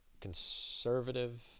conservative